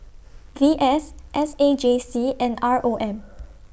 V S S A J C and R O M